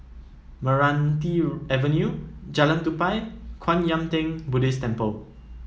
Meranti Avenue Jalan Tupai and Kwan Yam Theng Buddhist Temple